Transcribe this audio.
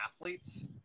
athletes